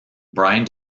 brian